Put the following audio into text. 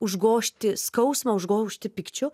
užgožti skausmą užgožti pykčiu